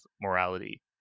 morality